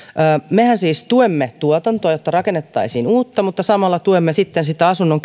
mehän siis tuemme tuotantoa jotta rakennettaisiin uutta mutta samalla tuemme sitten sitä asunnon